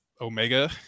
Omega